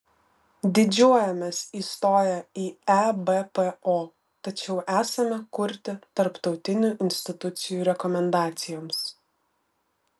didžiuojamės įstoję į ebpo tačiau esame kurti tarptautinių institucijų rekomendacijoms